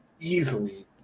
easily